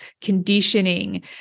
conditioning